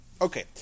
Okay